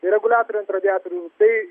ir reguliatoriai ant radiatorių tai